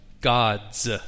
God's